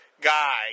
guy